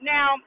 Now